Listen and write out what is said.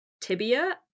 tibia